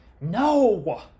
no